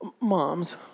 moms